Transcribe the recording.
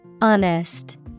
Honest